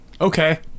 Okay